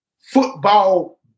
football –